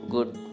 Good